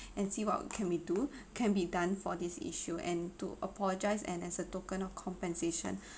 and see what can we do can be done for this issue and to apologise and as a token of compensation